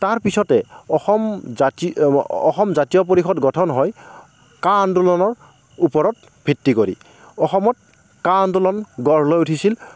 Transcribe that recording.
তাৰপিছতে অসম অসম জাতীয় পৰিষদ গঠন হয় কা আন্দোলনৰ ওপৰত ভিত্তি কৰি অসমত কা আন্দোলন গঢ় লৈ উঠিছিল